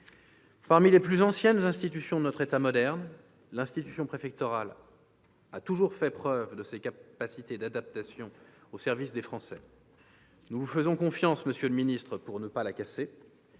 Parmi les plus anciennes institutions de notre État moderne, l'institution préfectorale a toujours fait la preuve de ses capacités d'adaptation au service des Français. Nous vous faisons confiance, monsieur le ministre, pour ne pas la casser.